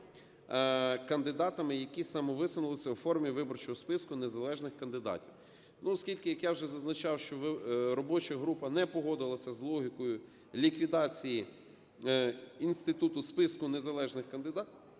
кандидатами, які самовисунулися у формі виборчого списку незалежних кандидатів. Ну, оскільки, як я вже зазначав, що робоча група не погодилася з логікою ліквідації інституту списку незалежних кандидатів,